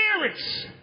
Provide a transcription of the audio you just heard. spirits